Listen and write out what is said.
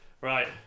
right